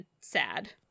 sad